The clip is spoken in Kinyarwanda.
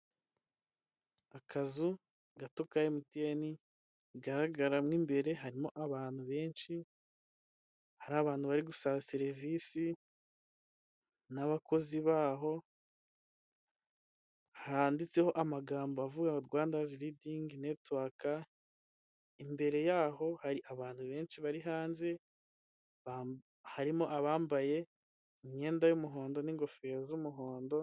Akazu gato ka emutiyeni bigaragaramo imbere harimo abantu benshi hari abantu bari gusa serivisi n'abakozi baho handitseho amagambo avuye Rwanda izi ridingi netiwakingi imbere yaho hari abantu benshi bari hanze harimo abambaye imyenda y'umuhondo n'ingofero z'umuhondo.